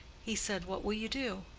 he said, what will you do?